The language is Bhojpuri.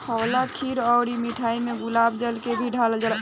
हलवा खीर अउर मिठाई में गुलाब जल के भी डलाल जाला